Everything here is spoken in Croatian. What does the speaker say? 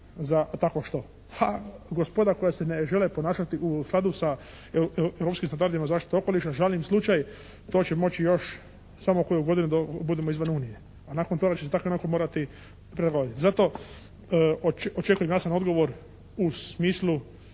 za tako što. A gospoda koja se ne žele ponašati u skladu sa Europskim standardima zaštite okoliša žalim slučaj. To će moći još samo koju godinu dok budemo izvan Unije a nakon toga će se tako ionako morati prilagoditi. Zato očekujem jasan odgovor u smislu